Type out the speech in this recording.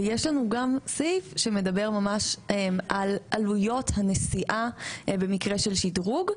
ויש לנו גם סעיף שמדבר על עלויות הנשיאה במקרה של שדרוג.